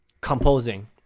composing